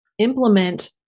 implement